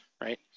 right